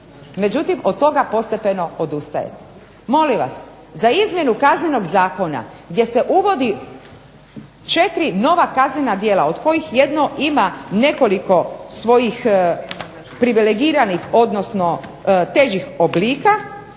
Međutim, od toga postepeno odustajete. Molim vas, za izmjenu Kaznenog zakona gdje se uvodi četiri nova kaznena djela od kojih jedno ima nekoliko svojih privilegiranih odnosno težih oblika,